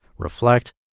reflect